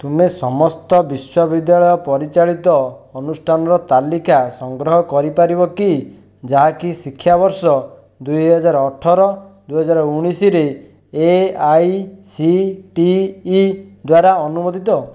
ତୁମେ ସମସ୍ତ ବିଶ୍ୱବିଦ୍ୟାଳୟ ପରିଚାଳିତ ଅନୁଷ୍ଠାନର ତାଲିକା ସଂଗ୍ରହ କରିପାରିବ କି ଯାହାକି ଶିକ୍ଷାବର୍ଷ ଦୁଇ ହଜାର ଅଠର ଦୁଇ ହଜାର ଉଣେଇଶହରେ ଏଆଇସିଟିଇ ଦ୍ୱାରା ଅନୁମୋଦିତ